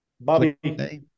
Bobby